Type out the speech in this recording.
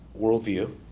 worldview